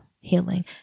healing